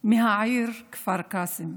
מהעיר כפר קאסם,